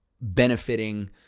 benefiting